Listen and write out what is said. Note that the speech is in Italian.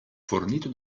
fornito